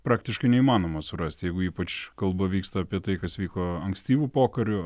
praktiškai neįmanoma surasti jeigu ypač kalba vyksta apie tai kas vyko ankstyvu pokariu